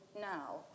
now